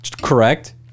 Correct